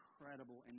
incredible